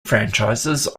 franchises